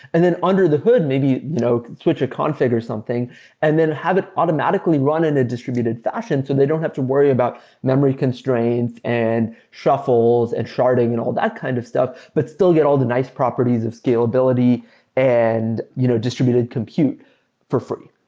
then under the hood, maybe you know switch a config or something and then have it automatically run in a distributed fashion so they don't have to worry about memory constraints and shuffles and sharding and all that kind of stuff but still get all the nice properties of scalability and you know distributed compute for free.